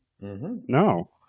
No